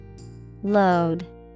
Load